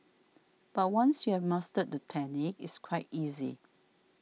but once you have mastered the technique it's quite easy